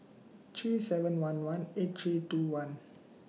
three seven one one eight three two one